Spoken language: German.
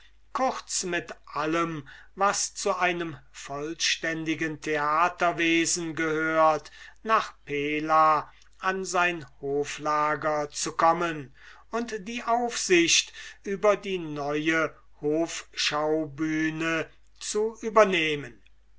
kurz mit allem was zu einem vollständigen theaterwesen gehört nach pella an sein hoflager zu kommen und die direction über die neue hofschaubühne zu übernehmen